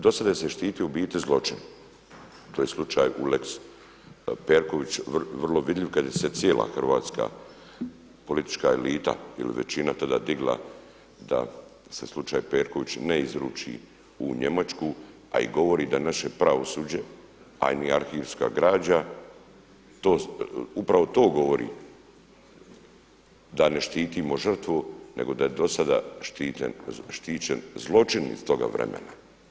Do sada je se štitio u biti zločin, to je slučaj u lex Perković vrlo vidljiv kada je se cijela hrvatska politička elita ili većina tada digla da se slučaj Perković ne izruči u Njemačku, a i govori da naše pravosuđe, a i arhivska građa upravo to govori, da ne štitimo žrtvu nego da je do sada štićen zločin iz toga vremena.